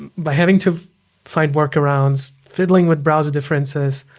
by having to find workarounds, fiddling with browser differences,